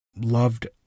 loved